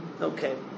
Okay